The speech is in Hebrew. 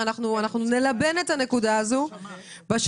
אנחנו נלבן את זה בהמשך.